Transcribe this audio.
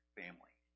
family